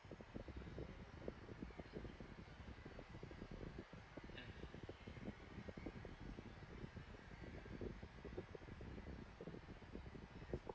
ya